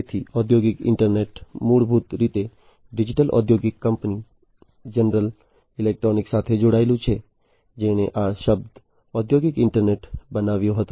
તેથી ઔદ્યોગિક ઇન્ટરનેટ મૂળ મૂળભૂત રીતે ડિજિટલ ઔદ્યોગિક કંપની જનરલ ઇલેક્ટ્રિક સાથે જોડાયેલું છે જેણે આ શબ્દ ઔદ્યોગિક ઇન્ટરનેટ બનાવ્યો હતો